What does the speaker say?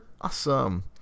awesome